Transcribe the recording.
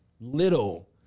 little